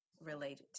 related